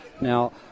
Now